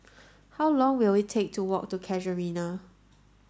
how long will it take to walk to Casuarina